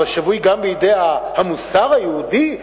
אבל שבוי גם בידי המוסר היהודי,